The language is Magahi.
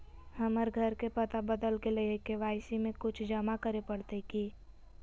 हमर घर के पता बदल गेलई हई, के.वाई.सी में कुछ जमा करे पड़तई की?